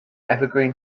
evergreen